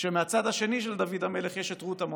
כשמהצד השני של דוד המלך יש את רות המואבייה.